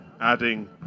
Adding